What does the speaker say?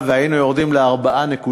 העבודה, והיינו יורדים ל-4.2%.